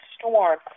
storm